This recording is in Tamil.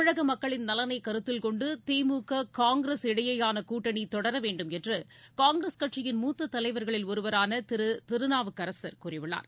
தமிழக மக்களின் நலனை கருத்தில் கொண்டு திமுக காங்கிரஸுடனான கூட்டணி தொடரவேண்டும் என்று காங்கிரஸ் கட்சியின் மூத்த தலைவர்களில் ஒருவரான திரு திருநாவுக்கரசர் கூறியுள்ளார்